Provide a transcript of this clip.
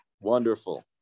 Wonderful